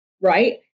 right